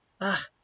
Ah